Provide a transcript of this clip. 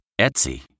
Etsy